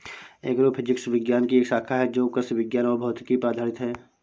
agrophysics विज्ञान की एक शाखा है जो कृषि विज्ञान और भौतिकी पर आधारित है